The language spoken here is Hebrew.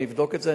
אני אבדוק את זה.